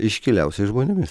iškiliausiais žmonėmis